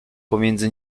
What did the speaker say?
pomiędzy